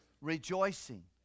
rejoicing